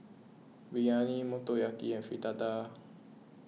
Biryani Motoyaki and Fritada